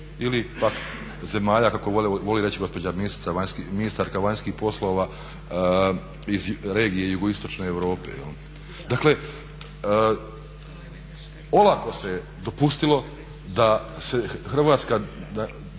ili pak zemalja kako voli reći gospođa ministarka vanjskih poslova iz regije JI Europe. Dakle olako se dopustilo da se Hrvatska